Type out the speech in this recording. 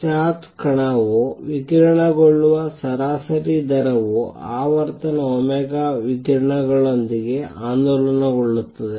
charge ಕಣವು ವಿಕಿರಣಗೊಳ್ಳುವ ಸರಾಸರಿ ದರವು ಆವರ್ತನ ಒಮೆಗಾ ವಿಕಿರಣಗಳೊಂದಿಗೆ ಆಂದೋಲನಗೊಳ್ಳುತ್ತದೆ